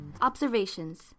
Observations